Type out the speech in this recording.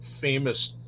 famous